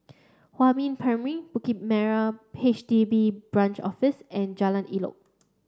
Huamin Primary Bukit Merah H D B Branch Office and Jalan Elok